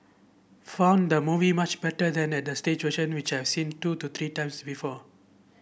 found the movie much better than at the stage version which have seen two to three times before